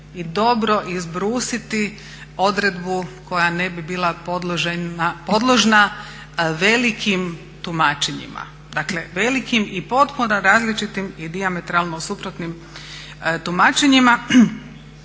i dobro izbrusiti odredbu koja ne bi bila podložna velikim tumačenjima. Dakle, velikim i potpuno različitim i dijametralno suprotnim tumačenjima,